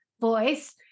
voice